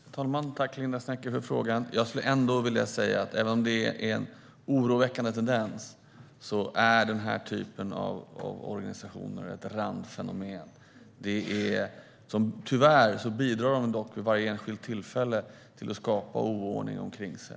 Herr talman! Jag tackar Linda Snecker för frågan. Även om detta är en oroväckande tendens skulle jag ändå vilja säga att den här typen av organisationer är ett randfenomen. Tyvärr bidrar de dock vid varje enskilt tillfälle till att skapa oordning omkring sig.